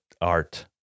art